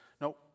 No